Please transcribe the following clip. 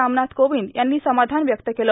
रामनाथ कोविंद यांनी समाधान व्यक्त केलं